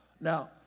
Now